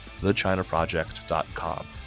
thechinaproject.com